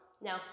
No